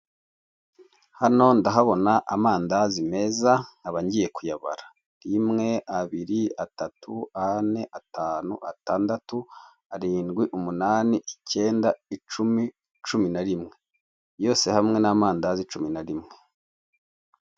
Hano ndi kuhabona amandazi meza nkaba ngiye kuyabara rimwe, abiri, atatu, ane, atanu, atandatu, arindwi, umunani, ikenda, icumi, cumi na rimwe yose hamwe ni amandazi cumi na rimwe.